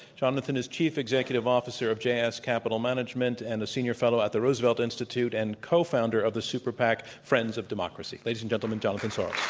jonathan is chief executive officer of js capital management and a senior fellow at the roosevelt institute and cofounder of the super pac, friends of democracy. ladies and gentlemen, jonathan soros.